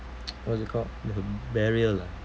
what is it called the burial lah